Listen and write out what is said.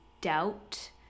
doubt